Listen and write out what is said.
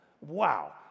Wow